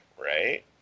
right